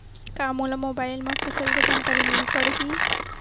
का मोला मोबाइल म फसल के जानकारी मिल पढ़ही?